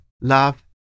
love